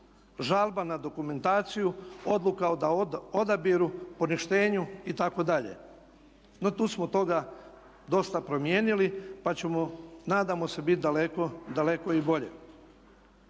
žalba na dokumentaciju, odluka o odabiru, poništenju itd.. No tu smo toga dosta promijenili pa ćemo nadamo se biti daleko, daleko